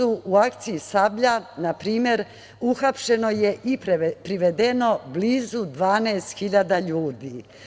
U akciji „Sablja“, na primer, uhapšeno je i privedeno blizu 12.000 ljudi.